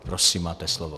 Prosím máte slovo.